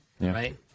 Right